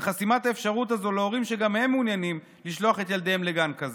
וחסימת האפשרות הזו להורים שגם הם מעוניינים לשלוח את ילדיהם לגן כזה.